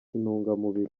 intungamubiri